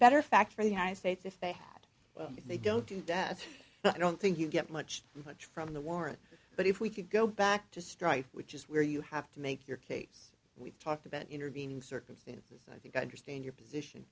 better fact for the united states if they had if they don't do death i don't think you get much much from the warrant but if we could go back to strike which is where you have to make your case we've talked about intervening circumstances and i think i understand your position